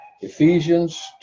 Ephesians